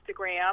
Instagram